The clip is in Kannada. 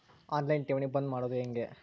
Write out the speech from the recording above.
ಆನ್ ಲೈನ್ ಠೇವಣಿ ಬಂದ್ ಮಾಡೋದು ಹೆಂಗೆ?